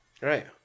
Right